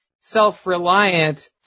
self-reliant